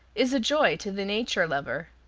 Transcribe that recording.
is a joy to the nature lover.